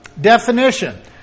Definition